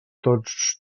tots